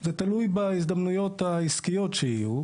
זה תלוי בהזדמנויות העסקיות שיהיו.